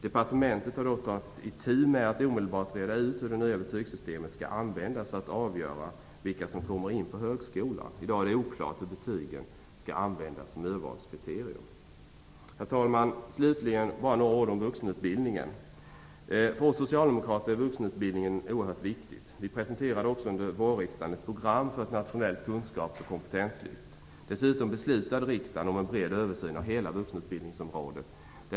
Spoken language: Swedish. Departementet har lovat att omedelbart ta itu med att reda ut hur det nya betygssystemet skall användas för att avgöra vilka som skall kan komma in på högskola. I dag är det oklart hur betygen skall användas som urvalskriterium. Herr talman! Jag vill bara säga några ord om vuxenutbildningen. För oss socialdemokrater är vuxenutbildningen oerhört viktig. Vi presenterade också under vårriksdagen ett program för ett nationellt kunskaps och kompetenslyft. Dessutom beslutade riksdagen om en bred översyn av hela vuxenutbildningsområdet.